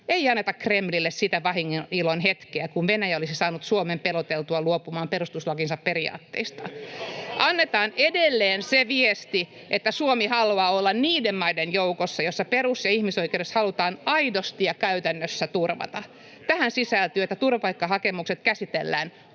Ei anneta Kremlille sitä vahingonilon hetkeä, että Venäjä olisi saanut Suomen peloteltua luopumaan perustuslakinsa periaatteista. [Perussuomalaisten ryhmästä: Ei! — Välihuutoja] Annetaan edelleen se viesti, että Suomi haluaa olla niiden maiden joukossa, joissa perus- ja ihmisoikeudet halutaan aidosti ja käytännössä turvata. Tähän sisältyy se, että turvapaikkahakemukset käsitellään,